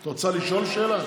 את רוצה לשאול שאלה?